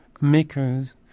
makers